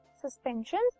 suspensions